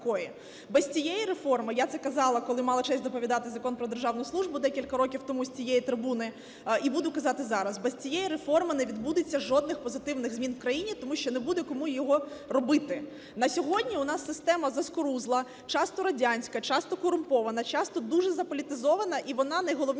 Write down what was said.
Без цієї реформи, я це казала, коли мала честь доповідати Закон "Про державну службу" декілька років тому з цієї трибуни і буду казати зараз. Без цієї реформи не відбудеться жодних позитивних змін в країні, тому що не буде кому його робити. На сьогодні у нас система заскорузла, часто радянська, часто корумпована, часто дуже заполітизована, і вона, найголовніше,